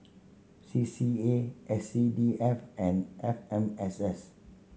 C C A S C D F and F M S S